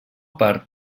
part